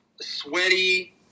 sweaty